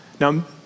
Now